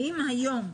האם היום,